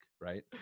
right